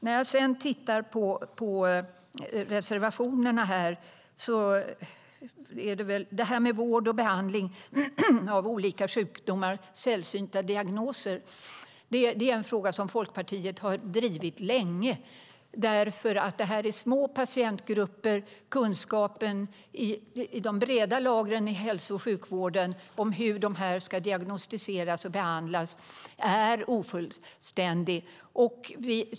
När jag tittar på reservationerna ser jag att där finns sådana som tar upp vård och behandling av olika sjukdomar. Frågan om sällsynta diagnoser har drivits länge av Folkpartiet. Det gäller små patientgrupper. Bland de breda lagren i hälso och sjukvården är kunskapen om hur de ska diagnostiseras och behandlas ofullständig.